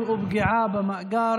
לא סיימתי, יש לי עוד מה להגיד.